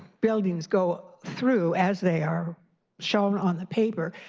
buildings go through as they are shown on the paper.